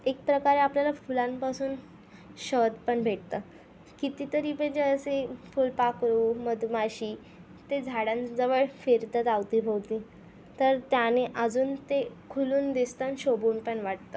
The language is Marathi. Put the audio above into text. एक प्रकारे आपल्याला फुलांपासून शहद पण भेटतं कितीतरी म्हणजे असे फुलपाखरू मधमाशी ते झाडांजवळ फिरतात अवतीभवती तर त्याने अजून ते खुलून दिसतं आणि शोभून पण वाटतं